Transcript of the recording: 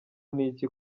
niki